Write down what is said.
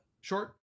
short